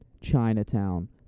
Chinatown